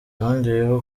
yongeyeho